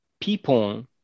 people